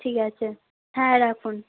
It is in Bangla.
ঠিক আছে হ্যাঁ রাখুন